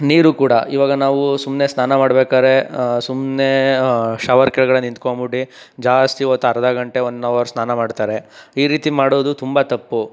ನೀರೂ ಕೂಡ ಇವಾಗ ನಾವು ಸುಮ್ಮನೆ ಸ್ನಾನ ಮಾಡ್ಬೇಕಾದ್ರೆ ಸುಮ್ಮನೆ ಶವರ್ ಕೆಳಗಡೆ ನಿಂತ್ಕೊಂಬುಟ್ಟಿ ಜಾಸ್ತಿ ಹೊತ್ತು ಅರ್ಧ ಗಂಟೆ ಒನ್ ಅವರ್ ಸ್ನಾನ ಮಾಡ್ತಾರೆ ಈ ರೀತಿ ಮಾಡೋದು ತುಂಬ ತಪ್ಪು